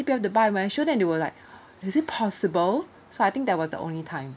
C_P_F to buy when I show them they were like is it possible so I think that was the only time